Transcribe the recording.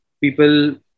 people